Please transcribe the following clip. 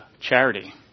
charity